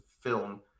film